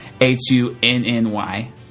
H-U-N-N-Y